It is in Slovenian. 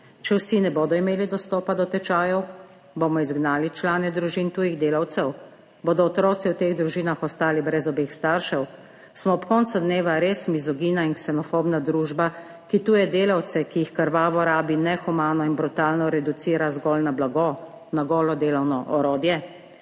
Če vsi ne bodo imeli dostopa do tečajev? Bomo izgnali člane družin tujih delavcev? Bodo otroci v teh družinah ostali brez obeh staršev? Smo ob koncu dneva res mizogina in ksenofobna družba, ki tuje delavce, ki jih krvavo rabi, nehumano in brutalno reducira zgolj na blago, na golo delovno orodje?